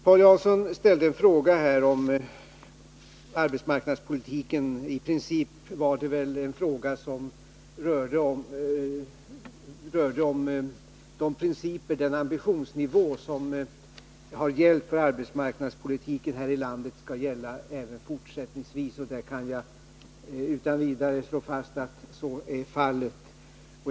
Paul Jansson ställde en fråga om arbetsmarknadspolitiken. I princip avsåg den väl om den ambitionsnivå som har gällt för arbetsmarknadspolitiken här i landet skall gälla även fortsättningsvis, och jag kan utan vidare slå fast att så är fallet.